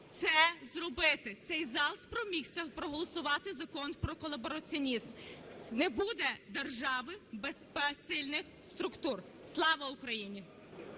це зробити. Цей зал спромігся проголосувати Закон про колабораціонізм. Не буде держави без сильних структур. Слава Україні!